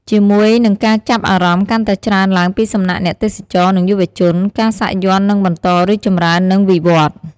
ជាមួយនឹងការចាប់អារម្មណ៍កាន់តែច្រើនឡើងពីសំណាក់អ្នកទេសចរ និងយុវជន ការសាក់យ័ន្តនឹងបន្តរីកចម្រើន និងវិវឌ្ឍន៍។